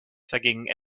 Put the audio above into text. vergingen